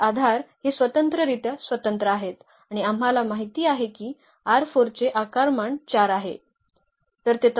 तर याचा आधार हे स्वतंत्ररित्या स्वतंत्र आहेत आणि आम्हाला माहित आहे की चे आकारमान 4 आहे